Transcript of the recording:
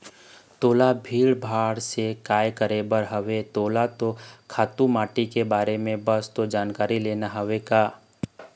तोला भीड़ भाड़ से काय करे बर हवय तोला तो खातू माटी के बारे म बस तो जानकारी लेना हवय का